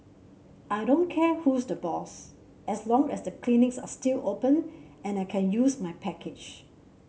I don't care who's the boss as long as the clinics are still open and I can use my package